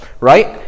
Right